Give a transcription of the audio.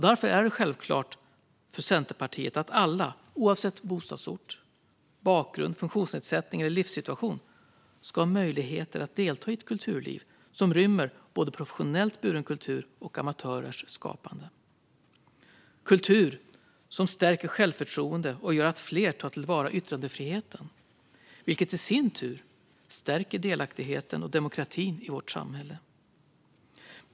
Därför är det självklart för Centerpartiet att alla, oavsett bostadsort, bakgrund, funktionsnedsättning eller livssituation, ska ha möjligheter att delta i ett kulturliv som rymmer både professionellt buren kultur och amatörers skapande - kultur som stärker självförtroende och gör att fler tar till vara yttrandefriheten, vilket i sin tur stärker delaktigheten och demokratin i vårt samhälle.